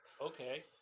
Okay